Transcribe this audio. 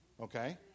Okay